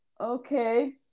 Okay